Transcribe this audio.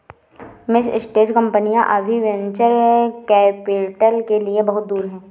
mid stage कंपनियां अभी venture capital के लिए बहुत दूर हैं